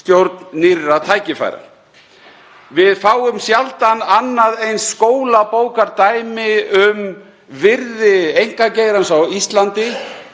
stjórn nýrra tækifæra. Við fáum sjaldan annað eins skólabókardæmi um virði einkageirans á Íslandi